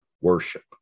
worship